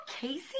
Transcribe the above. Casey